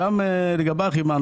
אימאן,